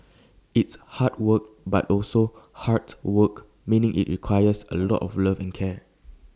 it's hard work but also 'heart' work meaning IT requires A lot of love and care